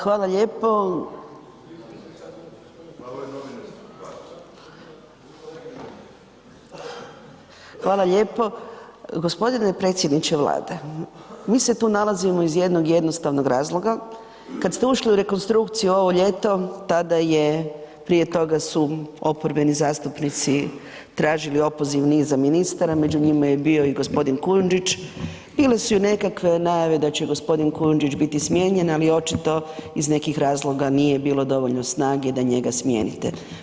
Hvala lijepo, hvala lijepo. g. predsjedniče Vlade, mi se tu nalazimo iz jednog jednostavnog razloga, kad ste ušli u rekonstrukciju ovo ljeto tada je, prije toga su oporbeni zastupnici tražili opoziv niza ministara, među njima je bio i g. Kujundžić, bile su i nekakve najave da će g. Kujundžić biti smijenjen, ali očito iz nekih razloga nije bilo dovoljno snage da njega smijenite.